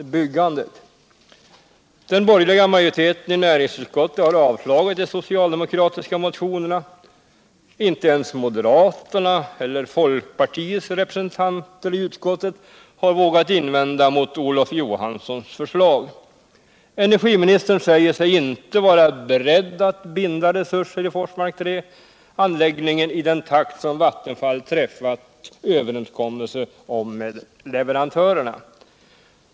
Den borgerliga majoriteten I näringsutskottet har avstyrkt de socialdemokratiska motionerna. Inte ens moderaternas eller folkpartiets representanter i utskottet har vågat invända mot Olof Johansson förslag. Energiministern säger sig inte vara beredd att binda resurser i Forsmark 3-anläggningen i den takt som Vattenfall träffat överenskommelse om med leverantörerna.